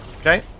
Okay